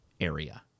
area